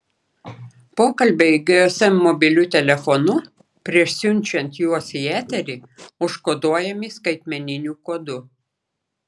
pokalbiai gsm mobiliu telefonu prieš siunčiant juos į eterį užkoduojami skaitmeniniu kodu